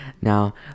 Now